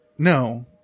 No